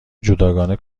جداگانه